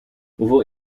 hoeveel